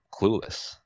clueless